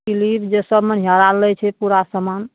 clip जे सब मनिहारा लै छै पूरा समान